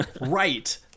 right